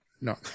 no